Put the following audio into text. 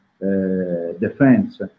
defense